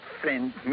friend